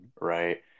right